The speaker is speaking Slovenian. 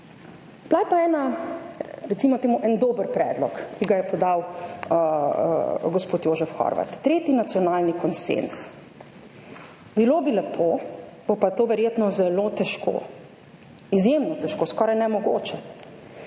Bil je pa en, recimo temu en dober predlog, ki ga je podal gospod Jožef Horvat, tretji nacionalni konsenz. Bilo bi lepo, bo pa to verjetno zelo težko, izjemno težko, skoraj nemogoče,